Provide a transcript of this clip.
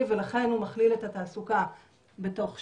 ולכן הוא מכליל את התעסוקה בתוך שיקום.